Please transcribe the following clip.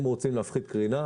אם רוצים להפחית קרינה,